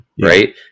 right